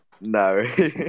No